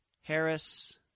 Harris